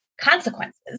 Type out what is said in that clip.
consequences